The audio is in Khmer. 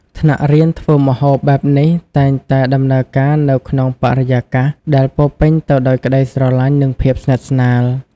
ថ្នាក់រៀនធ្វើម្ហូបបែបនេះតែងតែដំណើរការនៅក្នុងបរិយាកាសដែលពោរពេញទៅដោយក្តីស្រឡាញ់និងភាពស្និទ្ធស្នាល។